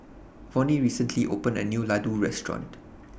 Vonnie recently opened A New Ladoo Restaurant